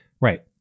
Right